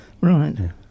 Right